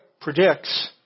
predicts